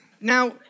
Now